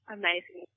amazing